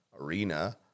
arena